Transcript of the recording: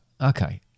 Okay